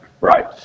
Right